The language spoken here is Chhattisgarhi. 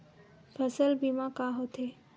फसल बीमा का होथे?